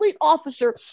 officer